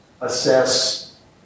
Assess